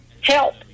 Help